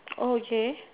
oh okay